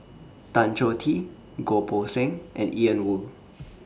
Tan Choh Tee Goh Poh Seng and Ian Woo